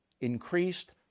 increased